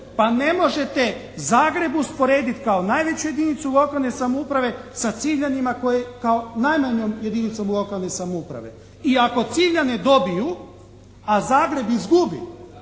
Pa ne možete Zagreb usporediti kao najveću jedinicu lokalne samouprave sa Ciljanima koji kao najmanjom jedinicom lokalne samouprave. I ako Ciljani dobiju, a Zagreb izgubi